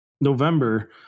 November